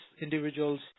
individuals